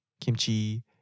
Kimchi